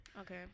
Okay